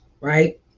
right